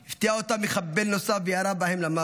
הפתיע אותם מחבל נוסף וירה בהם למוות.